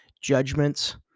judgments